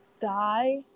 die